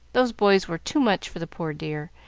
those boys were too much for the poor dear,